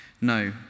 No